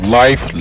life